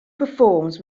performs